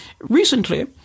Recently